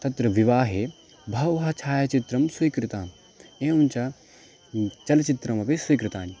तत्र विवाहे बहवः छायचित्रं स्वीकृतं एवञ्च चलचित्रमपि स्वीकृतानि